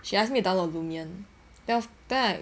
she ask me download bloomian then of~ then I